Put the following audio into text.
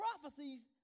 prophecies